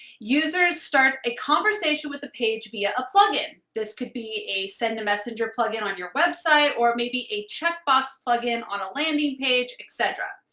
users start a conversation with the page via a plug in. this could be a send a messenger plug in on your website or maybe a checkbox plugin on a landing page, etc.